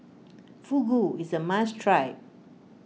Fugu is a must try